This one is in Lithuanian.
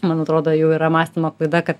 man atrodo jau yra mąstymo klaida kad